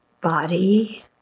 body